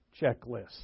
checklist